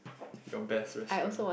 your best restaurant